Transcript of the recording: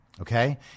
Okay